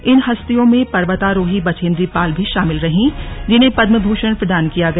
इन हस्तियों में पर्वतारोही बछेंद्री पाल भी शामिल रही जिन्हें पदम भूषण प्रदान किया गया